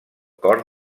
cor